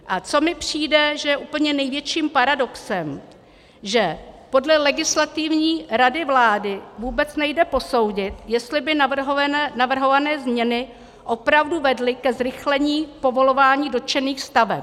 A co mi přijde, že je úplně největším paradoxem, že podle Legislativní rady vlády vůbec nejde posoudit, jestli by navrhované změny opravdu vedly ke zrychlení povolování dotčených staveb.